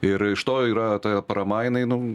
ir iš to yra ta parama jinai nu